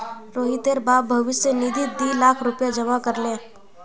रोहितेर बाप भविष्य निधित दी लाख रुपया जमा कर ले